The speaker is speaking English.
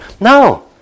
No